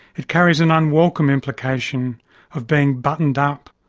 it carries an unwelcome implication of being buttoned up,